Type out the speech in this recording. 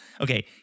Okay